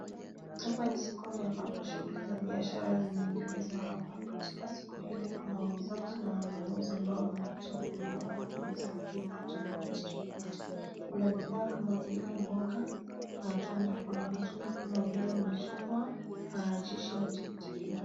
Hapa ni sokoni ambapo shughuli za biashara zinaendelezwa hapa, katika soko hili kuna wauzaji na wanunuzi ambao wamekuja kununua na kuuza bidhaa tofauti tofauti, kuna bidhaa kama vile mboga, matunda, kuna matunda kama vile machungwa, parachichi na tikiti maji.